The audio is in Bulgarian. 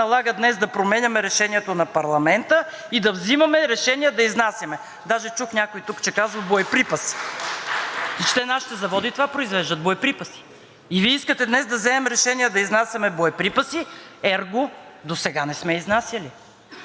Че те нашите заводи това произвеждат – боеприпаси. И Вие искате днес да вземем решение да изнасяме боеприпаси, ерго – досега не сме изнасяли?! Така че да спрем с тази мантра, която се повтаря постоянно.